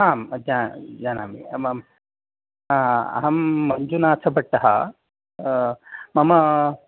आम् जा जानामि मम् अहं मञ्जुनाथभट्टः मम